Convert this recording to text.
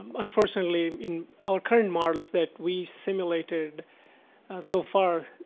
um unfortunately in our current models that we simulated so far,